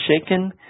shaken